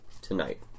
tonight